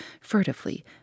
furtively